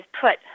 put